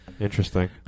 Interesting